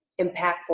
impactful